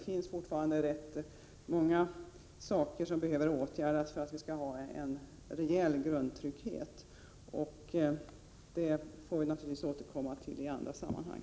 Fortfarande behöver rätt mycket åtgärdas för att det skall finnas en rejäl grundtrygghet. Det får vi naturligtvis återkomma till i andra sammanhang.